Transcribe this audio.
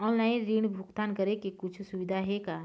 Online ऋण भुगतान करे के कुछू सुविधा हे का?